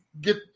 get